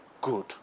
good